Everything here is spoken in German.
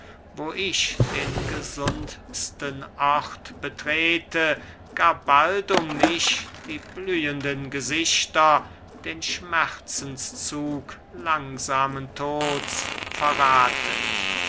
wo ich den gesund'sten ort betrete gar bald um mich die blühenden gesichter den schmerzenszug langsamen tod's verrathen